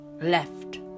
left